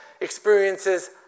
experiences